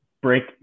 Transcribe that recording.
Break